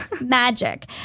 magic